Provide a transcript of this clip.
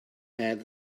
had